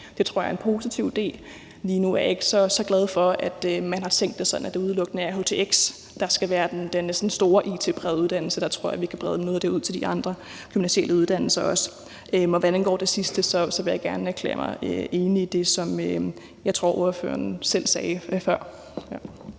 Det tror jeg er en positiv del. Lige nu er jeg ikke så glad for, at man har tænkt det sådan, at det udelukkende er htx, der skal være den sådan store it-prægede uddannelse. Der tror jeg, vi også kan brede noget af det ud til de andre gymnasiale uddannelser. Hvad angår det sidste, vil jeg gerne erklære mig enig i det, som jeg tror ordføreren selv sagde før.